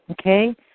Okay